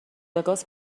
وگاس